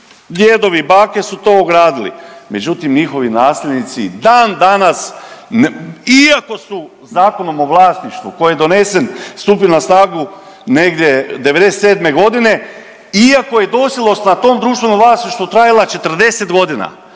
djedovi i bake su to ogradili, međutim njihovi nasljednici i dan danas iako su Zakonom o vlasništvu koji je donesen stupio na snagu negdje '97. godine, iako je dosjelost na tom društvenom vlasništvu trajala 40 godina,